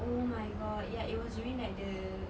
oh my god ya it was during like the